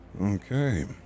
Okay